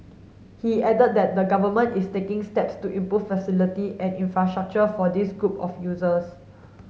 he added that the Government is taking steps to improve facility and infrastructure for this group of users